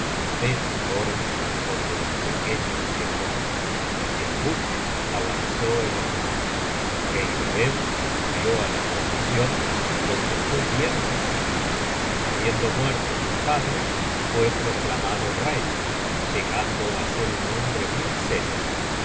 vete ahora donde los pequeños te cojan el buque avanzó en el mar geiroed subió á la poblacion donde fue bien recibido habiendo muerto su padre fue proclamado rey llegando á ser un hombre muy célebre